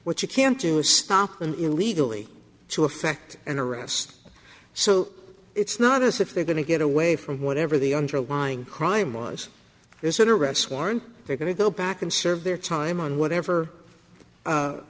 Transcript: what you can't do is stop them illegally to effect an arrest so it's not as if they're going to get away from whatever the underlying crime was is an arrest warrant they're going to go back and serve their time on whatever